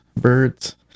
birds